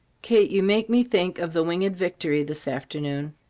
kate, you make me think of the winged victory this afternoon.